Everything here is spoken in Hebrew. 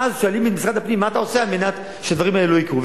ואז שואלים את משרד הפנים: מה אתה עושה על מנת שהדברים האלה לא יקרו?